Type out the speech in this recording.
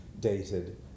dated